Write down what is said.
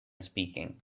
speaking